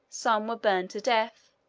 some were burned to death,